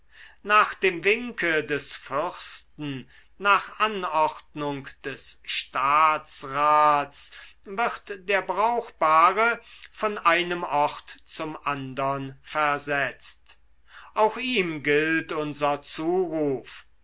nach dem winke des fürsten nach anordnung des staatsrats wird der brauchbare von einem ort zum andern versetzt auch ihm gilt unser zuruf